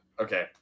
okay